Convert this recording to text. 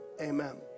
amen